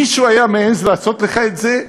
מישהו היה מעז לעשות לך את זה?